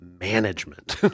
management